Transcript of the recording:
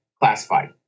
classified